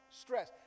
Stress